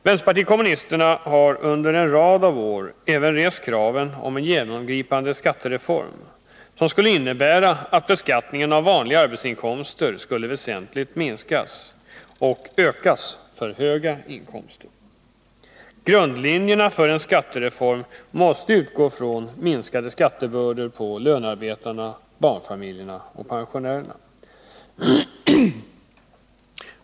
Vänsterpartiet kommunisterna har under en rad år även rest krav på en genomgripande skattereform som skulle innebära att beskattningen skulle väsentligt minskas för vanliga arbetsinkomster och ökas för höga inkomster. Grundlinjerna för en skattereform måste vara minskade skattebördor på lönearbetarna, barnfamiljerna och pensionärerna.